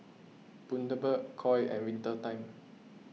Bundaberg Koi and Winter Time